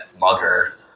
mugger